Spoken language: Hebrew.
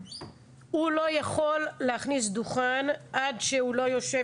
הוא לא יכול להכניס דוכן עד שהוא לא יושב